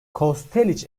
kosteliç